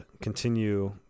continue